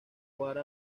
franco